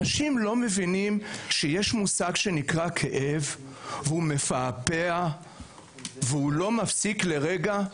אנשים לא מבינים שיש מושג שנקרא כאב והוא מפעפע והוא לא מפסיק רגע?